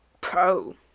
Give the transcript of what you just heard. pro